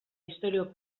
istorio